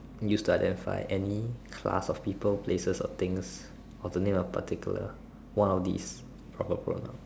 used to identify any class of people places or things of within a particular one of these proper pronoun